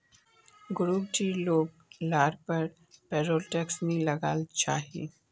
group डीर लोग लार पर पेरोल टैक्स नी लगना चाहि